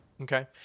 Okay